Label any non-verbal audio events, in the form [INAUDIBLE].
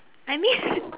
I mean [LAUGHS]